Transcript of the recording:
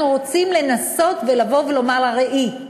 אנחנו רוצים לנסות ולומר לה: ראי,